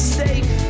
safe